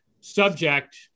subject